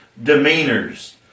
demeanors